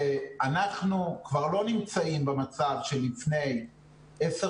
שאנחנו כבר לא נמצאים במצב של לפני עשר